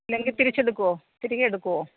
ഇല്ലെങ്കിൽ തിരിച്ചെടുക്കുമോ തിരികെ എടുക്കുവോ